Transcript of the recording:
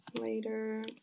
later